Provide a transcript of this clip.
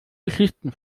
geschichten